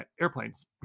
airplanes